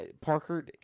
Parker